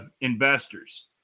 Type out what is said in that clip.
investors